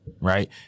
right